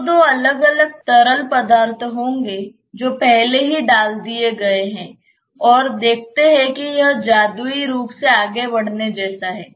तो दो अलग अलग तरल पदार्थ होंगे जो पहले ही डाल दिए गए हैं और देखते हैं कि यह जादुई रूप से आगे बढ़ने जैसा है